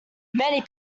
many